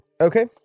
okay